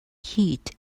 heat